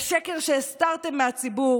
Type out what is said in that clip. השקר שהסתרתם מהציבור,